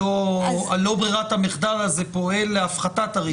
לא ברירת המחדל הזה פועל להפחתת הריבית.